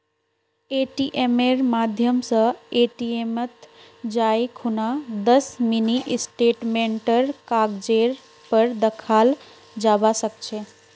एटीएमेर माध्यम स एटीएमत जाई खूना दस मिनी स्टेटमेंटेर कागजेर पर दखाल जाबा सके छे